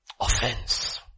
Offense